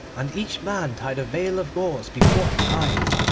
and each man tied a veil of gauze before his eyes.